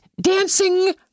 Dancing